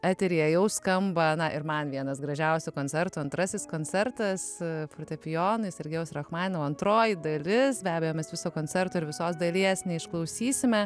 eteryje jau skamba na ir man vienas gražiausių koncertų antrasis koncertas fortepijonui sergejaus rachmaninovo antroji dalis be abejo mes viso koncerto ir visos dalies neišklausysime